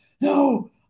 no